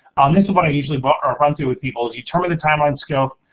um this is what i usually but um run to with people is determine the timeline scope,